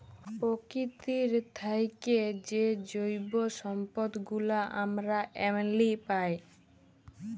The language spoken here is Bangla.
পকিতি থ্যাইকে যে জৈব সম্পদ গুলা আমরা এমলি পায়